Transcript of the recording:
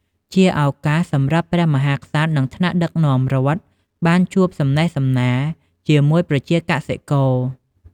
ជាឱកាសសម្រាប់ ព្រះមហាក្សត្រ និងថ្នាក់ដឹកនាំរដ្ឋ បានជួបសំណេះសំណាលជាមួយប្រជាកសិករ។